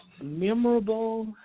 Memorable